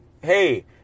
hey